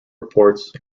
reports